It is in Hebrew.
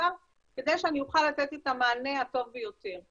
כפר כדי שאני אוכל לתת את המענה הטוב ביותר.